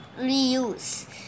reuse